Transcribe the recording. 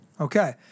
Okay